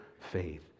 faith